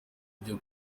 byo